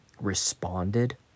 responded